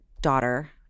daughter